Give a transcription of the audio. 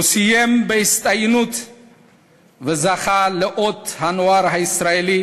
הוא סיים בהצטיינות וזכה לאות הנוער הישראלי